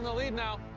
lead now.